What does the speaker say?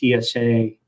TSA